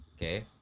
Okay